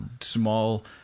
small